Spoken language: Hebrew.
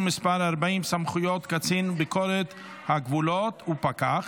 מס' 40) (סמכויות קצין ביקורת הגבולות ופקח),